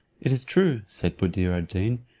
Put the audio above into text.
it is true, said buddir ad deen,